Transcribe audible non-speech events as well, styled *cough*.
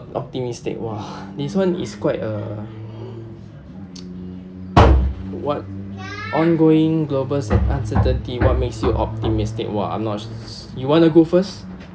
optimistic !wah! this one is quite uh *noise* what ongoing global cer~ uncertainty what makes you optimistic !wah! I'm not you wanna go first